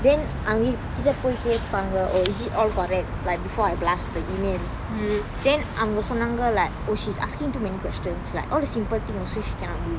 then அவி கிட்ட போய் கேப்பாங்க:avi kitta poai keppanga oh is it all correct like before I blast the email then அவங்க சொன்னாங்க:avanga sonnanga like oh she's asking too many questions like all the simple thing also she cannot do